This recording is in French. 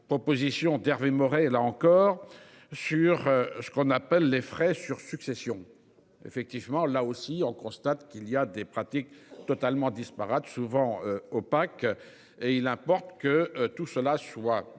proposition d'Hervé Maurey là encore sur ce qu'on appelle les frais sur succession effectivement là aussi on constate qu'il y a des pratiques totalement disparates souvent opaque et il importe que tout cela soit